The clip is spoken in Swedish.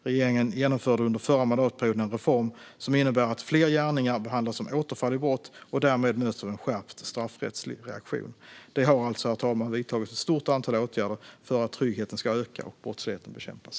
Regeringen genomförde under förra mandatperioden en reform som innebär att fler gärningar behandlas som återfall i brott och därmed möts av en skärpt straffrättslig reaktion. Det har alltså, herr talman, vidtagits ett stort antal åtgärder för att tryggheten ska öka och brottsligheten bekämpas.